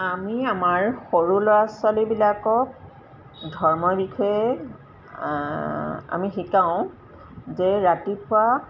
আমি আমাৰ সৰু ল'ৰা ছোৱালীবিলাকক ধৰ্মৰ বিষয়ে আমি শিকাওঁ যে ৰাতিপুৱা